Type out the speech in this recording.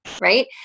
right